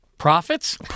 Profits